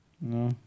No